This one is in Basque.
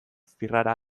zirrara